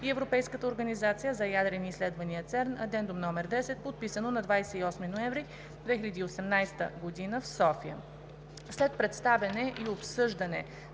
и Европейската организация за ядрени изследвания (ЦЕРН) – Addendum № 10, подписано на 28 ноември 2018 г. в София,